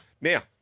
Now